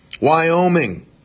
Wyoming